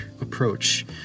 approach